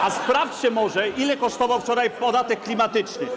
A sprawdźcie może, ile kosztował wczoraj podatek klimatyczny.